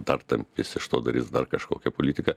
dar ten jis iš to darys dar kažkokią politiką